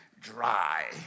Dry